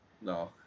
No